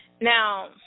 Now